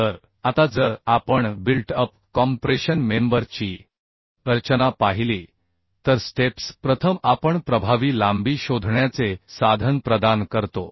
तर आता जर आपण बिल्ट अप कॉम्प्रेशन मेंबर ची रचना पाहिली तर स्टेप्स प्रथम आपण प्रभावी लांबी शोधण्याचे साधन प्रदान करतो